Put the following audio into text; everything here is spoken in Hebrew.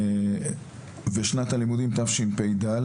ושנת הלימודים תשפ"ד,